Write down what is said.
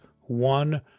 one